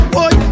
Boy